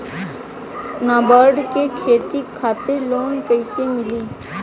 नाबार्ड से खेती खातिर लोन कइसे मिली?